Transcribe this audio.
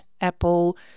Apple